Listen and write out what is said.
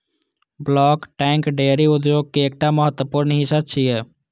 bulk tank dairy उद्योग के एकटा महत्वपूर्ण हिस्सा छियै